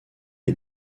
est